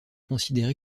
considérée